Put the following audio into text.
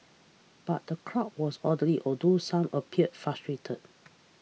but the crowd was orderly although some appeared frustrated